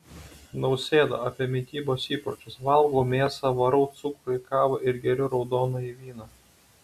nausėda apie mitybos įpročius valgau mėsą varau cukrų į kavą ir geriu raudonąjį vyną